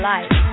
Life